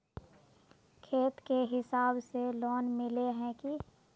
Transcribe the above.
खेत के हिसाब से लोन मिले है की?